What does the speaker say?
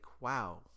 wow